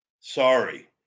Sorry